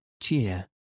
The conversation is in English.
cheer